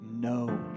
no